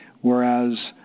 whereas